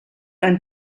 ein